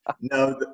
no